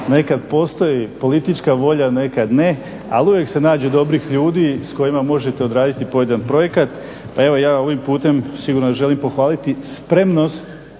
Nekad postoji politička volja, nekad ne, ali uvijek se nađe dobrih ljudi s kojima možete odraditi pojedini projekt. Pa evo ja ovim putem sigurno želim pohvaliti spremnost